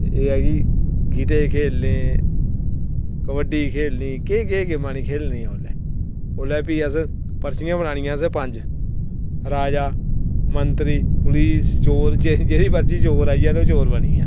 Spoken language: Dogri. ते एह् ऐ कि गीटे खेढने कबड्डी खेढनी केह् केह् गेमां निं खेढनियां उस बेल्लै फ्ही असें परचियां बनानियां पंज्ज राजा मैंत्री पुलस चोर जेह्दी पर्ची च चोर आई गेआ ते ओह् चोर बनी गेआ